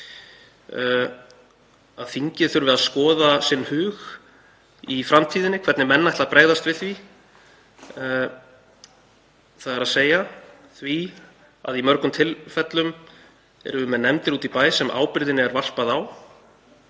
þingið þyrfti að skoða sinn hug í framtíðinni hvernig menn ætluðu að bregðast við því, þ.e. því að í mörgum tilfellum værum við með nefndir úti í bæ sem ábyrgðinni væri varpað á